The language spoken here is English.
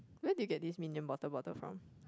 where do you get this Minion bottle bottle from